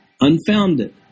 unfounded